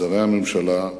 שרי הממשלה,